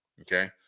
okay